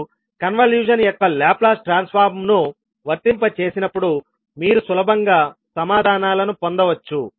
మీరు కన్వల్యూషన్ యొక్క Laplace transform ను వర్తింపజేసినప్పుడు మీరు సులభంగా సమాధానాలను పొందవచ్చు